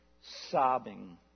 sobbing